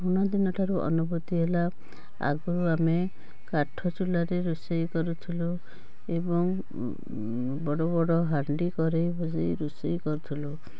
ପୁରୁଣା ଦିନଠାରୁ ଅନୁଭୂତି ହେଲା ଆଗରୁ ଆମେ କାଠ ଚୁଲ୍ଲାରେ ରୋଷେଇ କରୁଥିଲୁ ଏବଂ ବଡ଼ ବଡ଼ ହାଣ୍ଡି କରେଇ ବସେଇ ରୋଷେଇ କରୁଥିଲୁ